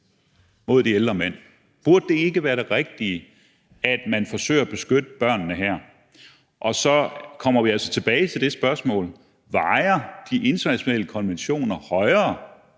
mod de ældre mænd. Burde det ikke være det rigtige, at man forsøger at beskytte børnene her? Og så kommer vi altså tilbage til spørgsmålet: Vejer de internationale konventioner tungere